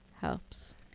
helps